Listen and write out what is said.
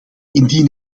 indien